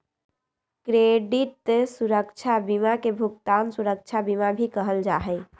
credit सुरक्षा बीमा के भुगतान सुरक्षा बीमा भी कहल जा हई